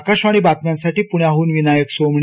आकाशवाणी बातम्यांसाठी पुण्याहून विनायक सोमणी